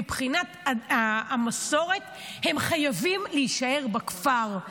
מבחינת המסורת הם חייבים להישאר בכפר,